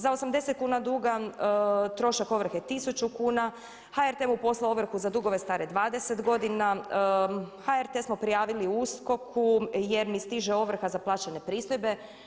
Za 80 kuna duga trošak ovrhe 1000 kuna, HRT mu poslao ovrhu za dugove stare 20 godina, HRT smo prijavili USKOK-u jer mi stiže ovrha za plaćene pristojbe.